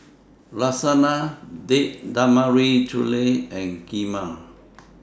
Lasagna Date Tamarind Chutney and Kheema